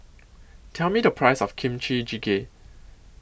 Tell Me The Price of Kimchi Jjigae